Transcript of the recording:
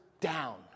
down